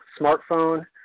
smartphone